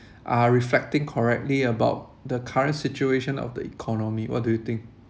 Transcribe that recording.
are reflecting correctly about the current situation of the economy what do you think